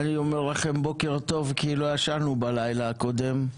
אני אומר לכם בוקר טוב כי לא ישנו בלילה הקודם,